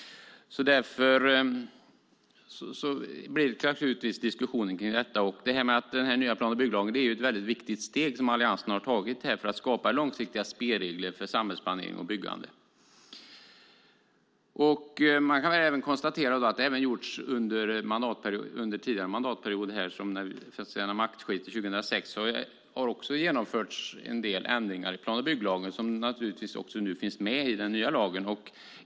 Därför kommer diskussionen naturligtvis att handla om det. Den nya plan och bygglagen är ett väldigt viktigt steg som Alliansen har tagit för att skapa långsiktiga spelregler för samhällsplanering och byggande. Man kan också konstatera att det under den gångna mandatperioden, alltså från maktskiftet 2006, också har genomförts en del ändringar i plan och bygglagen som naturligtvis finns med i den nya lagen.